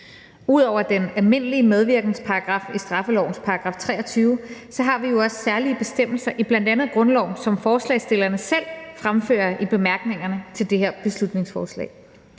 Ud over den almindelige paragraf om medvirken, straffelovens § 23, har vi jo også særlige bestemmelser i bl.a. grundloven, som forslagsstillerne selv fremfører i bemærkningerne til det her beslutningsforslag.